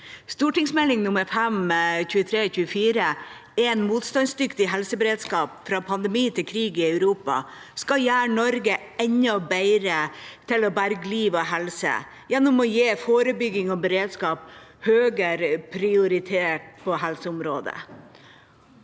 St. 5 for 2023–2024, En motstandsdyktig helseberedskap – Fra pandemi til krig i Europa, skal gjøre Norge enda bedre til å berge liv og helse gjennom å gi forebygging og beredskap høyere prioritet på helseområdet.